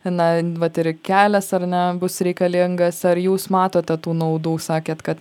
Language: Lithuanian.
na vat ir kelias ar ne bus reikalingas ar jūs matote tų naudų sakėt kad